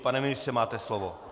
Pane ministře, máte slovo.